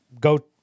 go